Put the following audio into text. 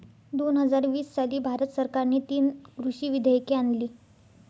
दोन हजार वीस साली भारत सरकारने तीन कृषी विधेयके आणली